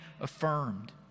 affirmed